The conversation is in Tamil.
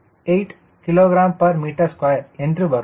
8 kgm2 என்று வரும்